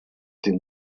dem